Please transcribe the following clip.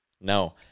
no